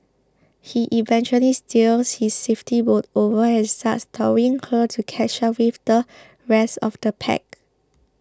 he eventually steers his safety boat over and starts towing her to catch up with the rest of the pack